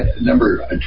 number